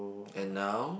and now